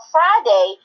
Friday